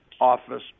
Office